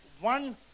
One